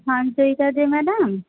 হ্যাঁ জয়িতা দে ম্যাডাম